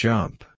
Jump